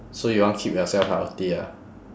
so you want keep yourself healthy ah